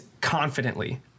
confidently